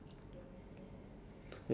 I charging at work later